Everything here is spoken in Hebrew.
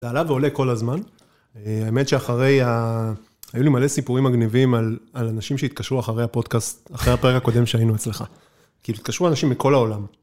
זה עלה ועולה כל הזמן, האמת שאחרי ה... היו לי מלא סיפורים מגניבים על אנשים שהתקשרו אחרי הפודקאסט, אחרי הפרק הקודם שהיינו אצלך. כאילו, התקשרו אנשים מכל העולם.